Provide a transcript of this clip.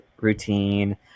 routine